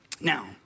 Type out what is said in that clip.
Now